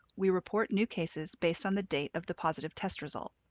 we report new cases based on the date of the positive test result.